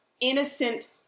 innocent